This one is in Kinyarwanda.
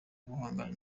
guhangana